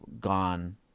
gone